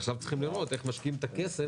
ועכשיו צריכים לראות איך משקיעים את הכסף